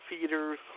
feeders